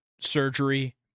surgery